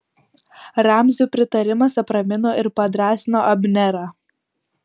ramzio pritarimas apramino ir padrąsino abnerą